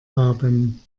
haben